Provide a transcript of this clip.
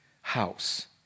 house